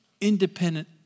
independent